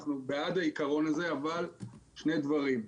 אנחנו בעד העיקרון הזה, אבל שני דברים: